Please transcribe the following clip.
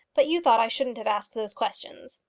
but you thought i shouldn't have asked those questions.